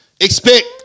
expect